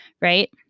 right